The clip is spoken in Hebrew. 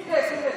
איווט.